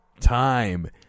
time